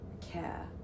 care